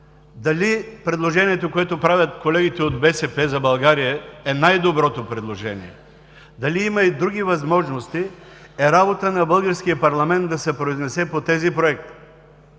дали предложението, което правят колегите от „БСП за България“, е най-доброто предложение, дали има и други възможности, е работа на българския парламент да се произнесе по тези проекти.